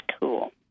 Cool